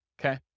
Okay